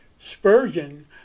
Spurgeon